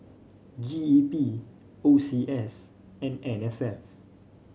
G E P O C S and N S F